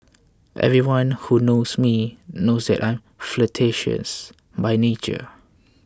everyone who knows me knows that I am flirtatious by nature